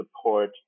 support